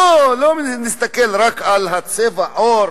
לא נסתכל רק על צבע העור